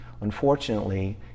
Unfortunately